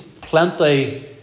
plenty